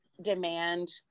demand